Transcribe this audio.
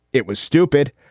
it was stupid.